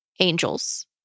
angels